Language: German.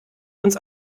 uns